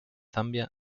zambia